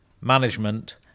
management